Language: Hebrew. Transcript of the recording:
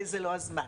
זה לא הזמן.